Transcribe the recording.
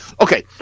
Okay